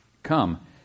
Come